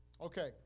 Okay